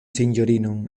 sinjorinoj